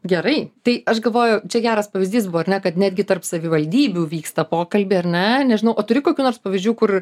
gerai tai aš galvoju čia geras pavyzdys buvo ar ne kad netgi tarp savivaldybių vyksta pokalbiai ar ne nežinau o turi kokių nors pavyzdžių kur